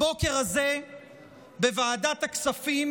הבוקר הזה בוועדת הכספים